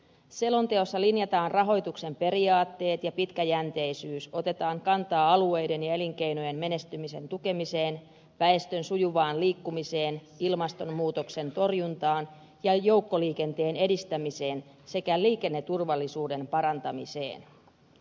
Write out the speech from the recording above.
selonteossa linjataan rahoituksen periaatteet ja pitkäjänteisyys otetaan kantaa alueiden ja elinkeinojen menestymisen tukemiseen väestön sujuvaan liikkumiseen ilmastonmuutoksen torjuntaan ja joukkoliikenteen edistämiseen sekä liikenneturvallisuuden parantamiseen